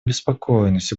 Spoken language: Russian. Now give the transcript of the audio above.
обеспокоенность